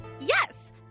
Yes